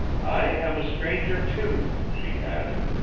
i am a stranger, too, she added.